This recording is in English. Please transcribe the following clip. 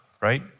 right